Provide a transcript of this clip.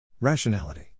Rationality